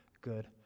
good